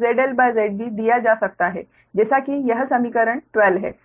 ZL ZB दिया जा सकता है जैसा कि यह समीकरण 12 है